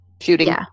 shooting